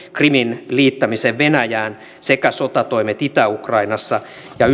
krimin liittämisen venäjään sekä sotatoimet itä ukrainassa